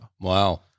Wow